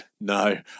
no